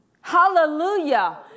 Hallelujah